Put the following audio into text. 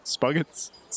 spuggets